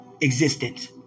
existence